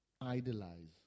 idolize